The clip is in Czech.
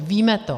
Víme to.